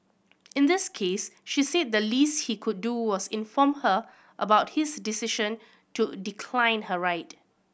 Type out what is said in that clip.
in this case she said the least he could do was inform her about his decision to decline her ride